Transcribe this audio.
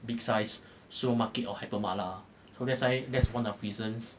big size supermarket or hyper mart lah so that's why that's one of reasons